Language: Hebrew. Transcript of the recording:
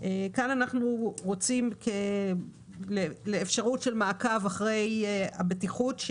אנחנו רוצים אפשרות של מעקב אחרי הבטיחות.